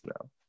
now